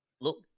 look